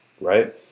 right